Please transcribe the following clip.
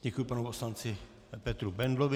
Děkuji panu poslanci Petru Bendlovi.